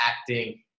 acting